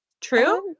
true